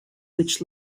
which